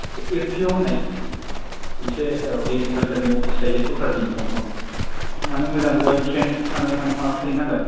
बे एफ सि अ होननाय मोनसे औ एग्रिकाल्चारनि अफिस थायो सरखारनि औ औ बेयाव माने मोजां अवेल ट्रेन्ड थानाय माने माबा थायो नालाय